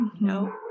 No